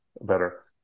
better